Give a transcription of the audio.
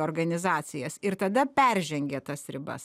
organizacijas ir tada peržengė tas ribas